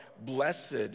blessed